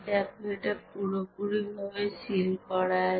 দেখো এটা পুরোপুরি ভাবে সিল করা আছে